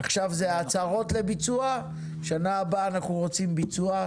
עכשיו זה הצהרות לביצוע ושנה הבאה אנחנו רוצים ביצוע.